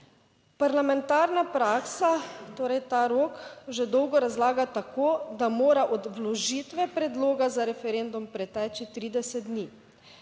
"Parlamentarna praksa, torej ta rok, že dolgo razlaga tako, da mora od vložitve predloga za referendum preteči 30 dni,